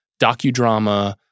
docudrama